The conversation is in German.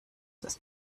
ist